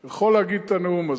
הוא יכול להגיד את הנאום הזה.